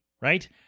Right